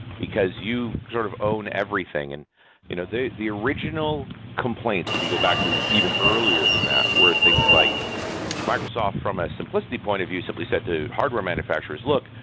because you sort of own everything. and you know the the original complaints, if go back to even earlier than that where things like microsoft from a simplistic point of view simply said to hardware manufacturers, look,